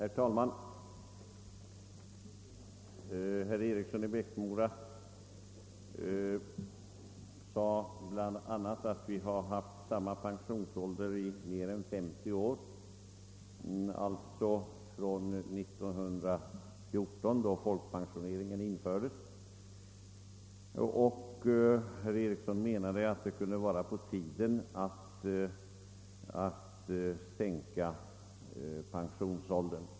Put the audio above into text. Herr talman! Herr Eriksson i Bäckmora sade bl.a. att vi haft samma pen sionsålder i mer än 50 år, alltså sedan 1914 då folkpensioneringen infördes. Herr Eriksson ansåg att det nu kunde vara på tiden att sänka pensionsåldern.